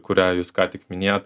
kurią jūs ką tik minėjot